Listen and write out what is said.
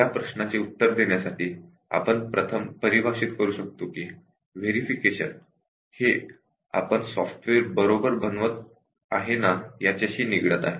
या प्रश्नाचे उत्तर देण्यासाठी आपण म्हणू शकतो की व्हेरिफिकेशन हे आपण सॉफ्टवेअर बरोबर बनवत आहे ना याच्याशी निगडित आहे